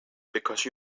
because